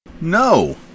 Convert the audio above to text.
No